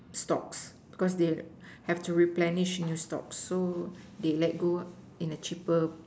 stocks because they have to replenish new stocks so they let go in a cheaper